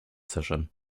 session